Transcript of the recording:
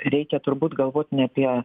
reikia turbūt galvot ne apie